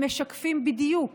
הם משקפים בדיוק